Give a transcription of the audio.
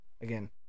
again